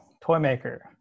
Toymaker